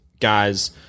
guys